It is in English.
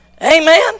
Amen